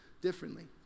differently